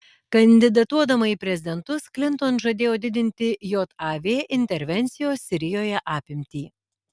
kandidatuodama į prezidentus klinton žadėjo didinti jav intervencijos sirijoje apimtį